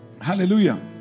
Hallelujah